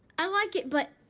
i like it, but